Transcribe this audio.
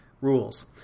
rules